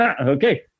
Okay